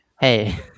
Hey